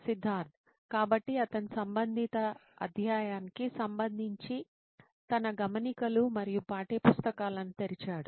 సిద్ధార్థ్ కాబట్టి అతను సంబంధిత అధ్యాయానికి సంబంధించి తన గమనికలు మరియు పాఠ్యపుస్తకాలను తెరిచాడు